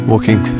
Walking